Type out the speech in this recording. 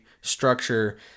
structure